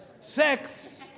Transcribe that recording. sex